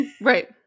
Right